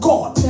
God